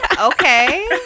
okay